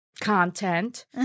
content